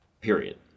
period